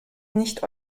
nicht